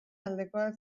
aldekoa